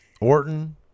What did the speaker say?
Orton